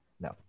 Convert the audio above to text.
No